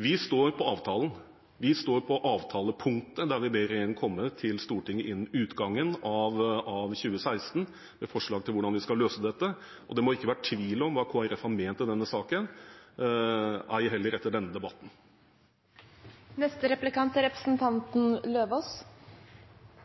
Vi står på avtalen. Vi står på avtalepunktet der vi ber regjeringen komme til Stortinget innen utgangen av 2016 med forslag til hvordan de skal løse dette. Det må ikke være tvil om hva Kristelig Folkeparti har ment i denne saken, ei heller etter denne debatten. Det hjertet er